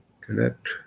Connect